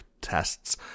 tests